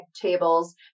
tables